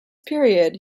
period